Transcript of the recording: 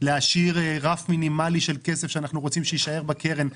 להשאיר רף מינימאלי של כסף שאנחנו רוצים שיישאר בקרן.